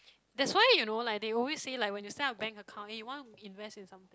that's why you know like they always say like when you set up bank account and you want to invest in something